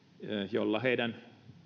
jolla heidän